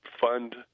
fund